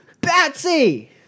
Betsy